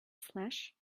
flesh